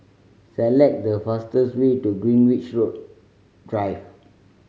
select the fastest way to Greenwich Drive